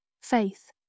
faith